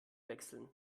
wechseln